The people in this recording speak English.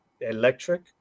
electric